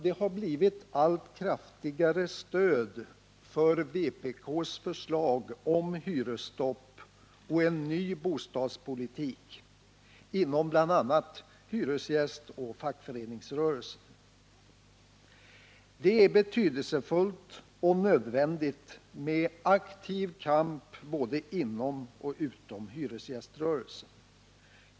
Det har blivit allt kraftigare stöd för vpk:s förslag om hyresstopp och en ny bostadspolitik inom bl.a. hyresgästoch fackförenings . rörelserna. Det är betydelsefullt och nödvändigt med aktiv kamp både inom och utom hyresgäströrelsen.